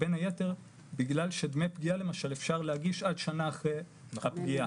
בין היתר בגלל שדמי פגיעה למשל אפשר להגיש עד שנה אחרי הפגיעה,